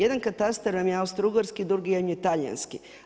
Jedan katastar vam je austro-ugarski, drugi je talijanski.